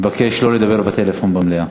אני מבקש שלא לדבר בטלפון במליאה.